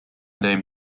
name